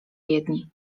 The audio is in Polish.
jedni